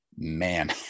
Man